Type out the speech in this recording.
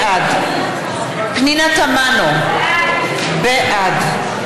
בעד פנינה תמנו, בעד